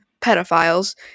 pedophiles